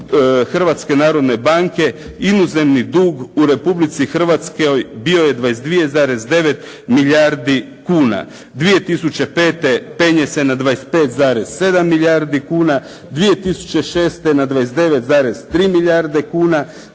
Hrvatske narodne banke inozemni dug u Republici Hrvatskoj bio je 22,9 milijardi kuna. 2005. penje se na 25,7 miljardi kuna. 2006. na 29,3 milijarde kuna.